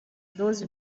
those